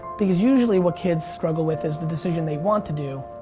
because usually what kids struggle with is the decision they want to do